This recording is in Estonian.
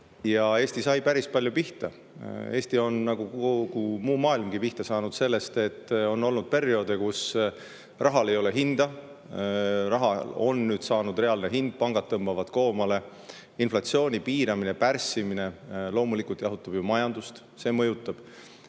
Eesti sai päris palju pihta. Eesti on nagu kogu muu maailmgi pihta saanud sellest, et on olnud perioode, kus rahal ei ole hinda. Raha on nüüd saanud reaalse hinna. Pangad tõmbavad koomale. Inflatsiooni piiramine ja pärssimine loomulikult jahutab majandust, see mõjutab.